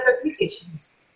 applications